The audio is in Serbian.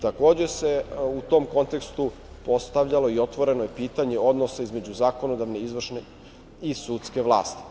Takođe, u tom kontekstu se postavljalo i otvoreno je pitanje odnosa između zakonodavne, izvršne i sudske vlasti.